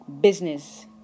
business